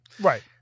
right